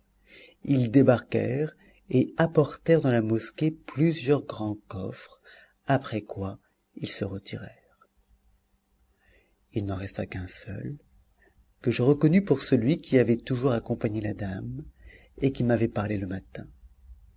ils débarquèrent et apportèrent dans la mosquée plusieurs grands coffres après quoi ils se retirèrent il n'en resta qu'un seul que je reconnus pour celui qui avait toujours accompagné la dame et qui m'avait parlé le matin